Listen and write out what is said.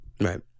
Right